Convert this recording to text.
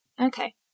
Okay